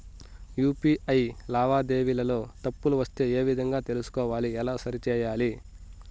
UPI లావాదేవీలలో తప్పులు వస్తే ఏ విధంగా తెలుసుకోవాలి? ఎలా సరిసేయాలి?